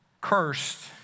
cursed